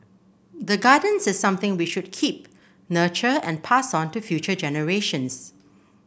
the gardens is something we should keep nurture and pass on to future generations